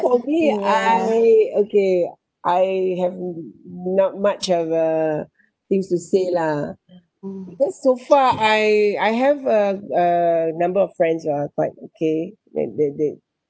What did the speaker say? for me I okay I have not much of a thing to say lah because so far I I have a a number of friends who are quite okay they they they